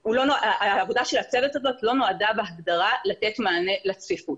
העבודה של הצוות הזאת לא נועדה בהגדרה לתת מענה לצפיפות.